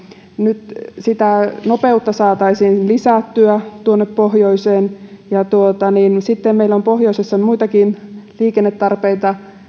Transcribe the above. nyt sitä nopeutta saataisiin lisättyä tuonne pohjoiseen sitten meillä on pohjoisessa muitakin liikennetarpeita